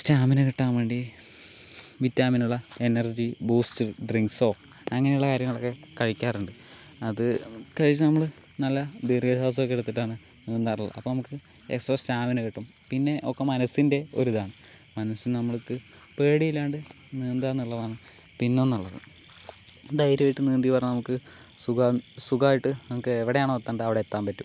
stamina കിട്ടാൻ വേണ്ടി വിറ്റാമിനുള്ള എനർജി ബൂസ്റ്റ് ഡ്രിങ്ക്സോ അങ്ങനെയുള്ള കാര്യങ്ങളൊക്കെ കഴിക്കാറുണ്ട് അത് കഴിച്ച് നമ്മൾ നല്ല ദീർഘശ്വാസം ഒക്കെ എടുത്തിട്ടാണ് നീന്താറുള്ളത് അപ്പോൾ നമുക്ക് എക്സ്ട്രാ സ്റ്റാമിന കിട്ടും പിന്നെ ഒക്കെ മനസ്സിൻ്റെ ഒരിതാണ് മനസ്സിന് നമുക്ക് പേടിയില്ലാണ്ട് നീന്തുകയെന്നുള്ളതാണ് പിന്നെയെന്നുള്ളത് ധൈര്യമായിട്ട് നീന്തിവന്നാൽ നമുക്ക് സുഖം സുഖമായിട്ട് നമുക്ക് എവിടെയാണോ എത്തേണ്ടത് അവിടെ എത്താൻ പറ്റും